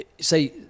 say